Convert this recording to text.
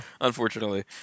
Unfortunately